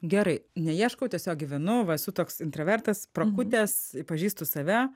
gerai neieškau tiesiog gyvenu va esu toks intravertas prakutęs pažįstu save